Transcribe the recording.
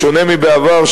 בשונה מבעבר,